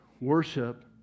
worship